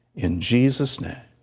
in jesus' name,